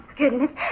goodness